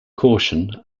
caution